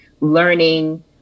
learning